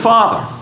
Father